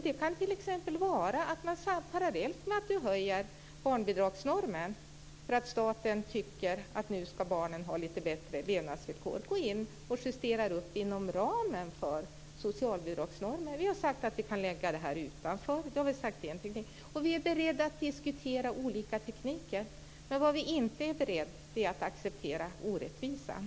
Det kan t.ex. vara att man, parallellt med att man höjer barnbidragsnormen för att staten tycker att nu ska barnen ha lite bättre levnadsvillkor, går in och justerar upp inom ramen för socialbidragsnormen. Vi har sagt att vi kan lägga detta utanför. Vi är beredda att diskutera olika tekniker. Men vi är inte beredda att acceptera orättvisan.